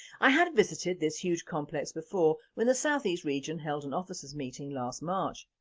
i had visited this huge complex before when the se region held an officers meeting last march,